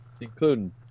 including